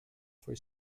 for